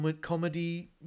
comedy